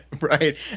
Right